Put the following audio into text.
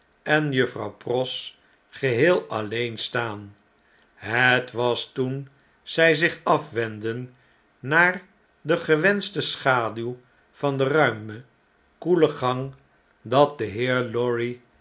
en juffrouw pross geheel alleen staan het was toen zg zich afwendden naar de gewenschte schaduw van de ruime koele gang dat de heer lorry